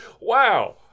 Wow